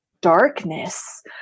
darkness